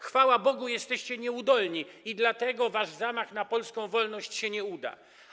Chwała Bogu, jesteście nieudolni i dlatego wasz zamach na polską wolność się nie uda.